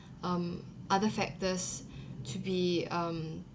um other factors to be um